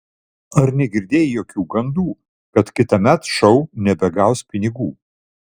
ar negirdėjai jokių gandų kad kitąmet šou nebegaus pinigų